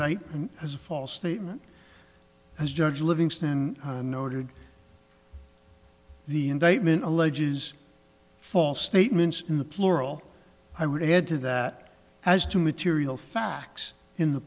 the as a false statement as judge livingston noted the indictment alleges false statements in the plural i would add to that as to material facts in the